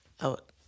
out